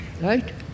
Right